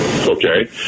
okay